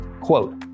quote